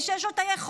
מי שיש לו את היכולת,